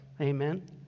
Amen